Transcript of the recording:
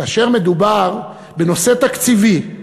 כאשר מדובר בנושא תקציבי,